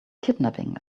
kidnapping